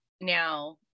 now